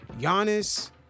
Giannis